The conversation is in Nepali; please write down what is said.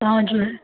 हजुर